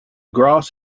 grass